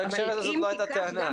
בהקשר הזה זאת לא הייתה טענה.